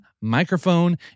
microphone